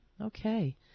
Okay